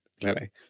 clearly